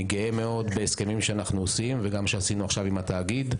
אני גאה מאוד בהסכמים שאנחנו עושים וגם שעשינו עכשיו עם התאגיד,